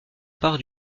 part